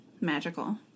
Magical